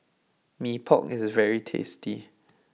Mee Pok is very tasty